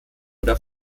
oder